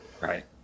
Right